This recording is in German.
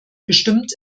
bestimmt